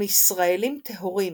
הם "ישראלים טהורים",